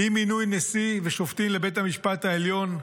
אי-מינוי נשיא ושופטים לבית המשפט העליון,